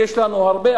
יש לנו הרבה,